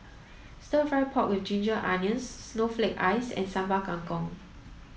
stir fry pork with ginger onions snowflake ice and Sambal Kangkong